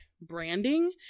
branding